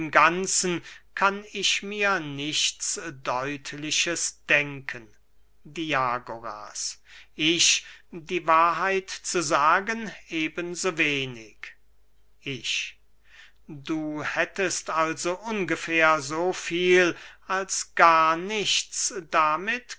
ganzen kann ich mir nichts deutliches denken diagoras ich die wahrheit zu sagen eben so wenig ich du hättest also ungefähr so viel als gar nichts damit